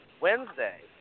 Wednesday